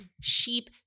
sheep